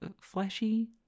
fleshy